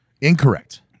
Incorrect